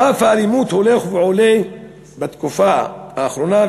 סף האלימות הולך ועולה בתקופה האחרונה,